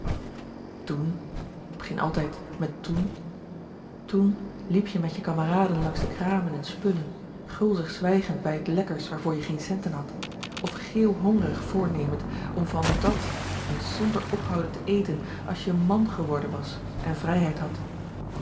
tén t begint altijd met toen tén liep je met je kameraden langs de kramen en spullen gulzig zwijgend bij t lekkers waarvoor je geen centen had of geeuw hongrig voornemend om van dat ns zonder ophouden te eten als je man geworden was en vrijheid had